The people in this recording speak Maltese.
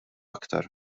aktar